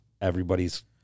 everybody's